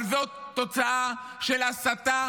אבל זאת תוצאה של הסתה